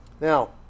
Now